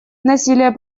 насилие